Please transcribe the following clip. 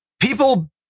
people